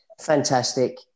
Fantastic